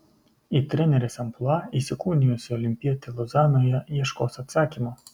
į trenerės amplua įsikūnijusi olimpietė lozanoje ieškos atsakymo